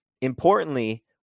importantly